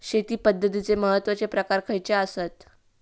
शेती पद्धतीचे महत्वाचे प्रकार खयचे आसत?